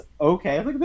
okay